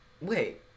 wait